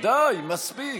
די, מספיק.